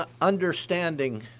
understanding